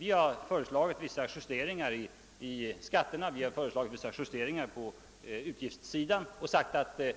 Vi har föreslagit vissa justeringar i skatterna och ansett att vi kan ta dem liksom vissa justeringar på utgiftssidan; trots att det